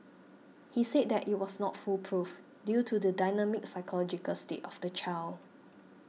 he said that it was not foolproof due to the dynamic psychological state of the child